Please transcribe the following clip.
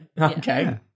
Okay